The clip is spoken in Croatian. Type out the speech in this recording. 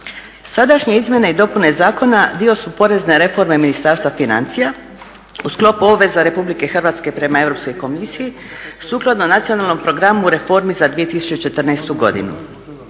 Sadašnje izmjene i dopune zakona dio su porezne reforme Ministarstva financija u sklopu obveza Republike Hrvatske prema Europskoj komisiji, sukladno Nacionalnom programu reformi za 2014. godinu.